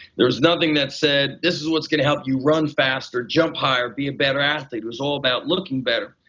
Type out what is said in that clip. there's nothing that said, this is what's going to help you run faster, jump higher, be a better athlete. it was all about looking better.